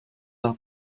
del